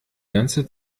ganze